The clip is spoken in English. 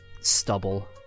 stubble